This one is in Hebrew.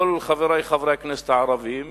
כל חברי חברי הכנסת הערבים,